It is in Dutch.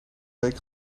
week